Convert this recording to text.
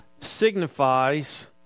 signifies